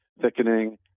thickening